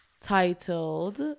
titled